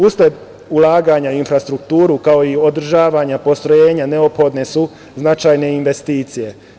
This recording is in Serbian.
Usled ulaganja u infrastrukturu, kao i u održavanje postrojenja neophodne su značajne investicije.